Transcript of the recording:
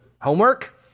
homework